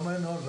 למה אין נוהל?